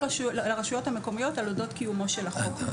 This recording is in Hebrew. לרשויות המקומיות על אודות קיומו של החוק.